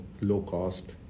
low-cost